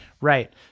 Right